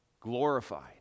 glorified